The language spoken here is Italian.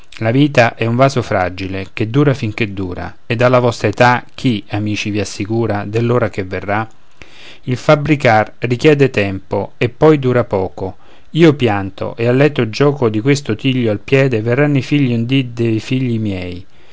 la vita è un vaso fragile che dura fin che dura ed alla vostra età chi amici vi assicura dell'ora che verrà il fabbricar richiede tempo e poi dura poco io pianto e a lieto gioco di questo tiglio al piede verranno i figli un dì de figli miei